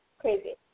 crazy